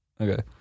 Okay